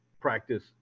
practice